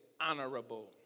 honorable